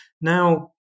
Now